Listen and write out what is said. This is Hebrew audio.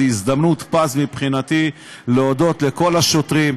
זאת הזדמנות פז מבחינתי להודות לכל השוטרים.